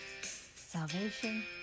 Salvation